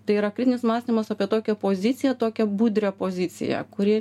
tai yra kritinis mąstymas apie tokią poziciją tokią budrią poziciją kuri